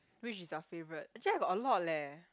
which is your favourite actually I got a lot leh